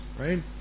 right